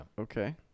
okay